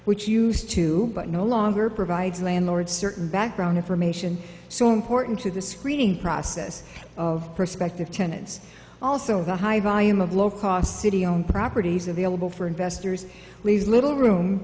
which used to but no longer provides landlords certain background information so important to the screening process of prospective tenants also the high volume of low cost city owned properties available for investors leaves little room